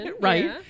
Right